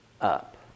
up